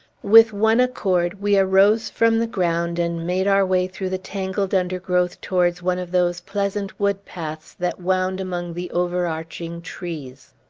with one accord, we arose from the ground, and made our way through the tangled undergrowth towards one of those pleasant wood-paths that wound among the overarching trees.